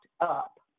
up